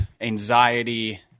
anxiety